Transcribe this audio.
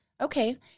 Okay